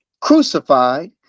crucified